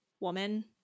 Woman